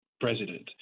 president